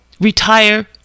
retire